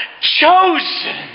chosen